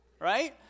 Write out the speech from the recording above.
right